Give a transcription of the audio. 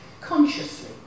consciously